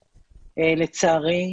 לצערי,